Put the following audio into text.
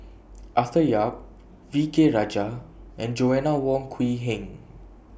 Arthur Yap V K Rajah and Joanna Wong Quee Heng